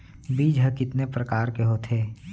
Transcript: बीज ह कितने प्रकार के होथे?